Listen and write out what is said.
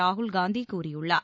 ராகுல் காந்தி கூறியுள்ளார்